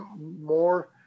more